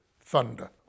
thunder